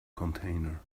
container